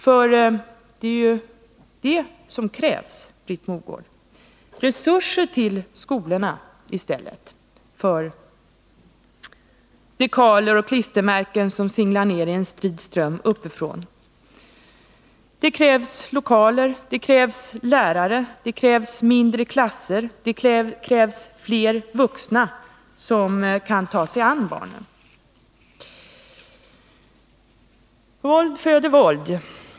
Men det som krävs, Britt Mogård, är ju resurser till skolorna, inte dekaler och klistermärken som singlar ned i en strid ström uppifrån. Det krävs lokaler, lärare, mindre klasser och fler vuxna som kan ta sig an barnen. Våld föder våld.